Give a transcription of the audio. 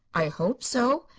i hope so.